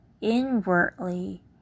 inwardly